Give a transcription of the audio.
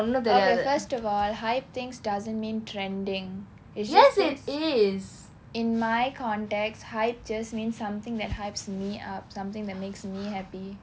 okay first of all hype things doesn't mean trending you it just means in my context hype just means something that hypes me up something that makes me happy